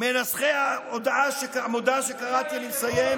מנסחי המודעה שקראתי, אני מסיים,